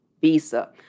Visa